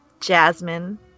Jasmine